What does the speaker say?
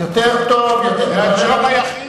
תאמין לי שאני זוכרת.